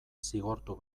zigortu